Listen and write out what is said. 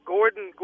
Gordon